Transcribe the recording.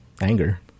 anger